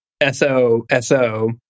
S-O-S-O